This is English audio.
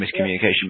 miscommunication